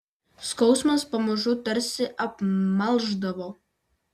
skausmas pamažu tarsi apmalšdavo